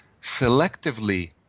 selectively